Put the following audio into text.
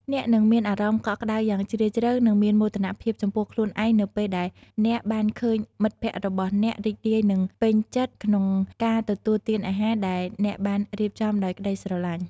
អ្នកនឹងមានអារម្មណ៍កក់ក្តៅយ៉ាងជ្រាលជ្រៅនិងមានមោទនភាពចំពោះខ្លួនឯងនៅពេលដែលអ្នកបានឃើញមិត្តភក្តិរបស់អ្នករីករាយនិងពេញចិត្តក្នុងការទទួលទានអាហារដែលអ្នកបានរៀបចំដោយក្តីស្រឡាញ់។